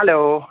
hello